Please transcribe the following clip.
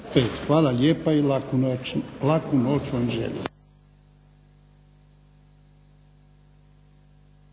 Hvala lijepa i laku noć vam želim.